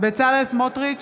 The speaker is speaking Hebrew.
בצלאל סמוטריץ'